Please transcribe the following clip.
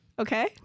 Okay